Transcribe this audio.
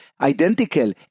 identical